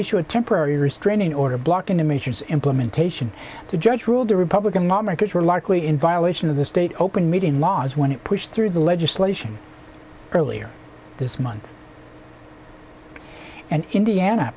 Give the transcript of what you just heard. issue a temporary restraining order blocking emissions implementation the judge ruled the republican lawmakers were largely in violation of the state open meeting laws when it pushed through the legislation earlier this month and indiana